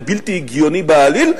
הוא בלתי הגיוני בעליל,